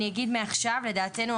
אני אגיד מעכשיו: לדעתנו,